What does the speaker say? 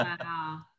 Wow